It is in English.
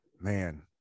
Man